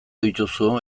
dituzu